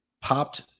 popped